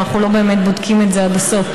אבל אנחנו לא באמת בודקים את זה עד הסוף,